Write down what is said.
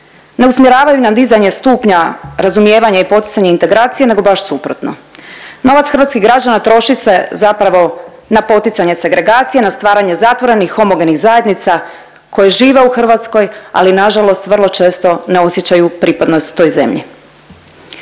ne usmjeravaju na dizanje stupnja razumijevanja i poticanja integracije nego baš suprotno, novac hrvatskih građana troši se zapravo na poticanje segregacije, na stvaranje zatvorenih homogenih zajednica koje žive u Hrvatskoj, ali nažalost vrlo često ne osjećaju pripadnost toj zemlji.